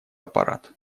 аппарат